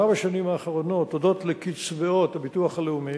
בשנים האחרונות הודות לביטוח הלאומי,